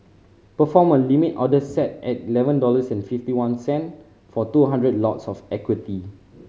perform a Limit order set at eleven dollars and fifty one cent for two hundred lots of equity